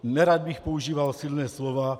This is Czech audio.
Nerad bych používal silná slova.